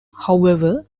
however